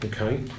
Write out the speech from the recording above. Okay